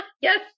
yes